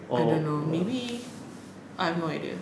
I don't know maybe I have no idea